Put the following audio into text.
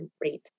rate